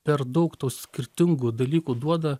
per daug tau skirtingų dalykų duoda